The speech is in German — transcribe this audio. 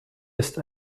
ist